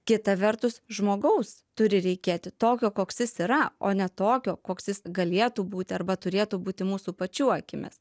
kita vertus žmogaus turi reikėti tokio koks jis yra o ne tokio koks jis galėtų būti arba turėtų būti mūsų pačių akimis